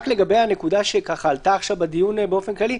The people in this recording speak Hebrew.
רק לגבי הנקודה שעלתה עכשיו באופן כללי,